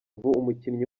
umukinnyi